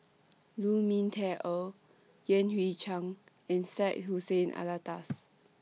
Lu Ming Teh Earl Yan Hui Chang and Syed Hussein Alatas